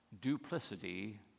duplicity